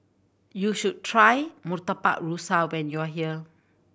you should try Murtabak Rusa when you are here